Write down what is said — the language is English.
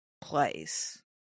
place